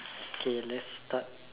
okay let's start